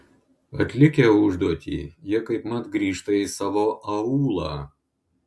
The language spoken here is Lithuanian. atlikę užduotį jie kaipmat grįžta į savo aūlą